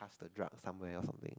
pass the drug somewhere else